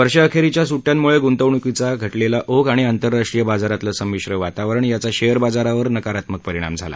वर्षअखेरीच्या सुट्ट्यांमुळे गुंतवणुकीचा घटलेला ओघ आणि आंतराष्ट्रीय बाजारातलं संमीश्र वातावरण याचा शेअरबाजारावर नकारात्मक परिणाम झाला